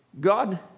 God